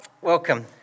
Welcome